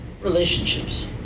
relationships